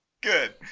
Good